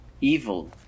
evil